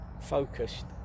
focused